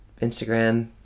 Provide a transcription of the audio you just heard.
Instagram